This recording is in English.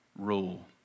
rule